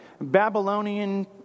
Babylonian